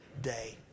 day